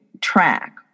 track